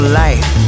life